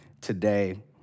today